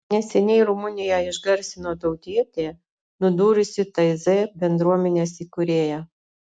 neseniai rumuniją išgarsino tautietė nudūrusi taizė bendruomenės įkūrėją